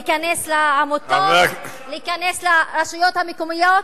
להיכנס לעמותות, להיכנס לרשויות המקומיות?